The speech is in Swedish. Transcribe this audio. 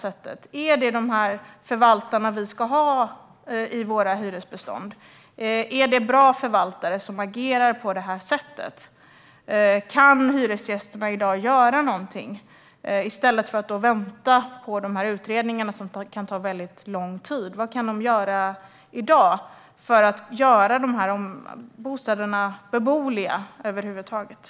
Är det dessa förvaltare som ska finnas i våra hyresbestånd? Är det bra förvaltare som agerar så? Kan hyresgästerna göra något i dag i stället för att vänta på dessa utredningar som kan ta lång tid? Vad kan de göra för att bostäderna över huvud taget ska vara beboeliga?